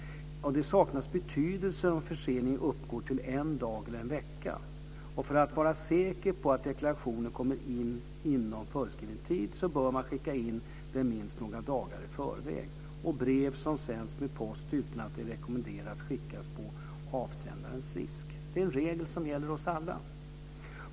Det saknas betydelse om förseningen uppgår till en dag eller en vecka. För att vara säker på att deklarationen kommer in inom föreskriven tid bör man skicka in den minst några dagar i förväg. Brev som sänds med post utan att vara rekommenderat skickas på avsändarens risk. Det är en regel som gäller oss alla.